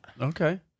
Okay